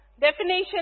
definition